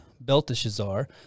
Belteshazzar